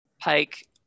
pike